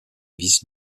vices